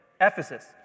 Ephesus